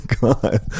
god